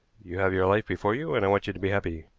you have your life before you and i want you to be happy.